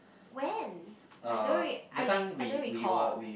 when I don't re~ I I don't recall